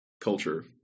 culture